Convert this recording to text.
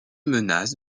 menace